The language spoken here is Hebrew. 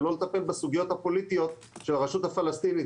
ולא לטפל בסוגיות הפוליטיות של הרשות הפלסטינית,